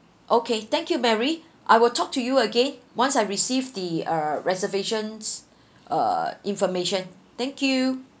okay thank you mary I will talk to you again once I received the uh reservations uh information thank you